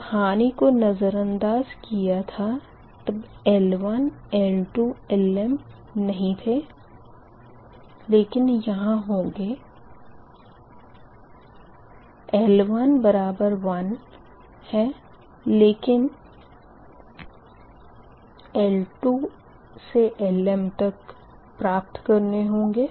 जब हानि को नज़रानदाज किया था तब L1L2Lm नही थे लेकिन यहाँ यह होंगे L11 तो है लेकिन L2Lm प्राप्त करने होंगे